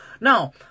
Now